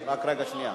בעד, 6, אין מתנגדים.